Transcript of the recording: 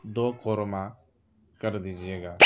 دو قورمہ کر دیجیے گا